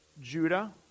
Judah